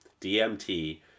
DMT